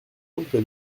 andré